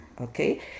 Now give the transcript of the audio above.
Okay